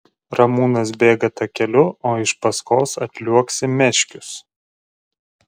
ramūnas bėga takeliu o iš paskos atliuoksi meškius